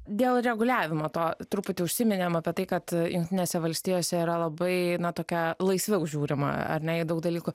dėl reguliavimo to truputį užsiminėm apie tai kad jungtinėse valstijose yra labai na tokia laisviau žiūrima ar ne į daug dalykų